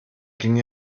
ging